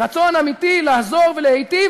רצון אמיתי לעזור ולהיטיב,